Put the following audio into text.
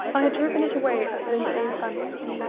i had driven it away as an insane fancy.